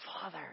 Father